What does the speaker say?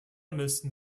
müssen